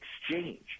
exchange